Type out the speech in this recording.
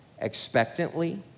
expectantly